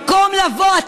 במקום לבוא,